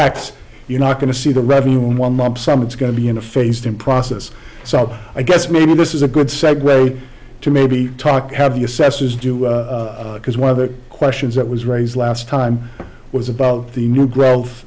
x you're not going to see the revenue in one lump sum it's going to be in a phased in process so i guess maybe this is a good segue to maybe talk have your sessions do because one of the questions that was raised last time was about the new growth